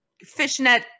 fishnet